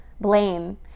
blame